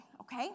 okay